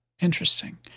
Interesting